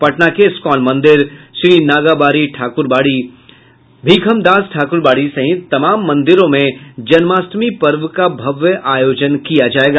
पटना के इस्कॉन मंदिर श्रीनागाबाबा ठाकरबाड़ी भीखमदास ठाकरबाड़ी सहित तमाम मंदिरों में जन्माष्टमी पर्व का भव्य आयोजन किया जायेगा